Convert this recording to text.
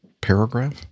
paragraph